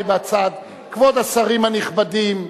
כבוד השרים הנכבדים,